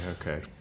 okay